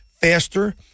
faster